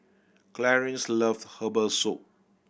Clarine's loves herbal soup